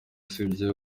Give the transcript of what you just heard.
usibye